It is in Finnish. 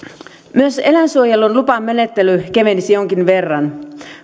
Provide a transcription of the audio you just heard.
myös eläinsuojelun lupamenettely kevenisi jonkin verran